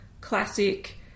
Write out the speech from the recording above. classic